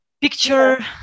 picture